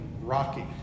rocky